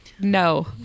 No